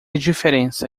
diferença